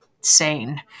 sane